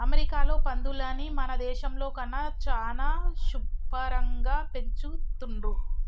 అమెరికాలో పందులని మన దేశంలో కన్నా చానా శుభ్భరంగా పెంచుతున్రు